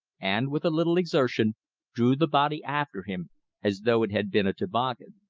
and, with a little exertion drew the body after him as though it had been a toboggan.